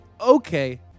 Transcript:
Okay